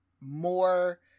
more